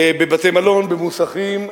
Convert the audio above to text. בבתי-מלון, במוסכים,